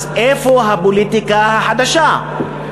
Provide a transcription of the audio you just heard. אז איפה הפוליטיקה החדשה?